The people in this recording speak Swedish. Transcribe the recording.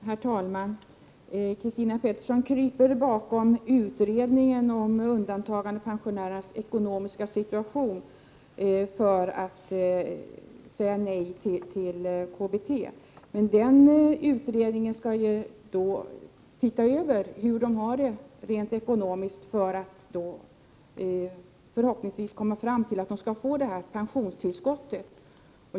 Herr talman! Christina Pettersson kryper bakom utredningen om undantagandepensionärernas ekonomiska situation för att säga nej till KBT. Men den utredningen skall undersöka hur dessa pensionärer har det rent ekonomiskt för att förhoppningsvis komma fram till att de skall få pensionstillskott.